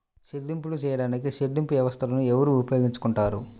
చెల్లింపులు చేయడానికి చెల్లింపు వ్యవస్థలను ఎవరు ఉపయోగించుకొంటారు?